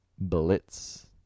Blitz